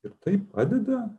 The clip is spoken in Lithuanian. ir tai padeda